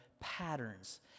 patterns